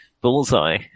bullseye